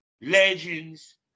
legends